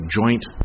joint